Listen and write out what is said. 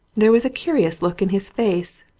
there was a curious look in his face,